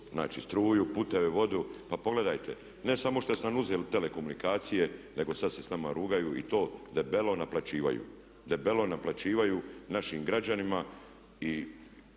znači struju, puteve, vodu. Pa pogledajte, ne samo što ste nam uzeli telekomunikacije nego sada se s nama rugaju i to debelo naplaćuju, debelo naplaćuju našim građanima i